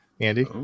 Andy